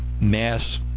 mass